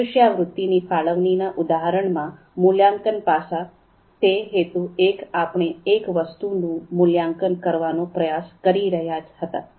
શિષ્યવૃત્તિની ફાળવણીના ઉદાહરણમાં મૂલ્યાંકન પાસા તે હતું કે આપણે એક વસ્તુનું મૂલ્યાંકન કરવાનો પ્રયાસ કરી રહ્યાં હતાં